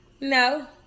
No